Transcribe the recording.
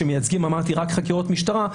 שמייצגים רק חקירות משטרה,